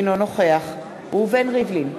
אינו נוכח ראובן ריבלין,